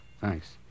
thanks